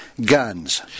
guns